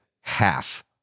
half